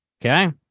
Okay